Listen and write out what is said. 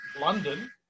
London